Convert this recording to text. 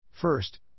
First